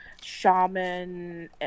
shaman